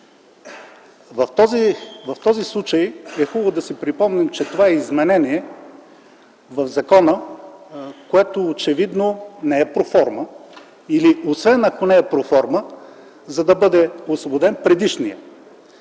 В този случай е хубаво да си припомним, че това изменение в закона, което очевидно не е проформа, или освен ако не е проформа, е, за да бъде освободен предишният